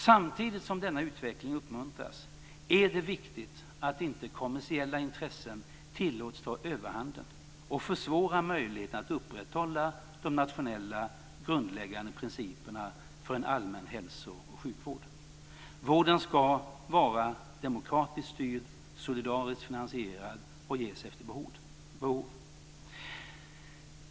Samtidigt som denna utveckling uppmuntras är det viktigt att inte kommersiella intressen tillåts ta överhanden och försvåra möjligheten att upprätthålla de grundläggande nationella principerna för en allmän hälso och sjukvård. Vården ska vara demokratiskt styrd och solidariskt finansierad och ges efter behov.